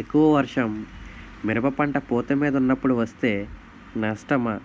ఎక్కువ వర్షం మిరప పంట పూత మీద వున్నపుడు వేస్తే నష్టమా?